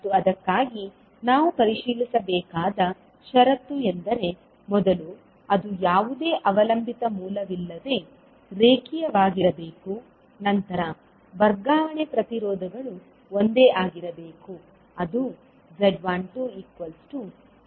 ಮತ್ತು ಅದಕ್ಕಾಗಿ ನಾವು ಪರಿಶೀಲಿಸಬೇಕಾದ ಷರತ್ತು ಎಂದರೆ ಮೊದಲು ಅದು ಯಾವುದೇ ಅವಲಂಬಿತ ಮೂಲವಿಲ್ಲದೆ ರೇಖೀಯವಾಗಿರಬೇಕು ನಂತರ ವರ್ಗಾವಣೆ ಪ್ರತಿರೋಧಗಳು ಒಂದೇ ಆಗಿರಬೇಕು ಅದು z12 z21